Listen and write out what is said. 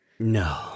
No